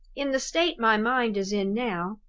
in the state my mind is in now,